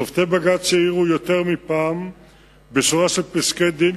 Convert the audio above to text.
שופטי בג"ץ העירו יותר מפעם בשורה של פסקי-דין